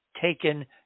taken